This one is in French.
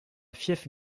fief